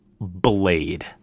Blade